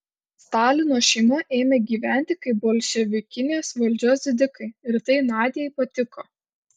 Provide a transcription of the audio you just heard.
stalino šeima ėmė gyventi kaip bolševikinės valdžios didikai ir tai nadiai patiko